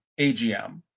AGM